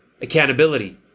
Accountability